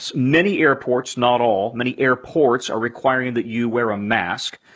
so many airports, not all, many airports are requiring that you wear a mask.